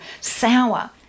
sour